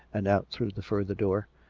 and out through the further door,